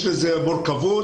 ויש בזה מורכבות.